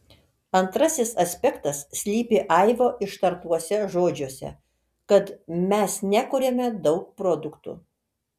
antrasis aspektas slypi aivo ištartuose žodžiuose kad mes nekuriame daug produktų